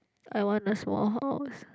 I want a small house